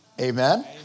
Amen